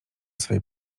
swej